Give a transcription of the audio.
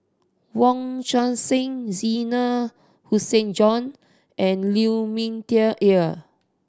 Wong Tuang Seng Zena Tessensohn and Lu Ming Teh Earl